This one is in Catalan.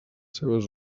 seves